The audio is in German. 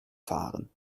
fahren